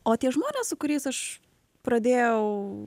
o tie žmonės su kuriais aš pradėjau